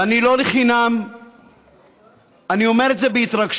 ואני אומר את זה בהתרגשות.